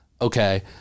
okay